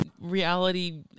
reality